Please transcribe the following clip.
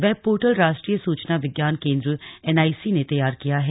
web portal राष्ट्रीय सूचन विज्ञान केंद्र एनआईसी ने तैयार किया है